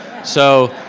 so,